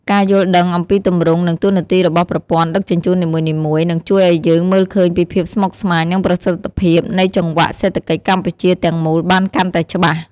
ការយល់ដឹងអំពីទម្រង់និងតួនាទីរបស់ប្រព័ន្ធដឹកជញ្ជូននីមួយៗនឹងជួយឱ្យយើងមើលឃើញពីភាពស្មុគស្មាញនិងប្រសិទ្ធភាពនៃចង្វាក់សេដ្ឋកិច្ចកម្ពុជាទាំងមូលបានកាន់តែច្បាស់។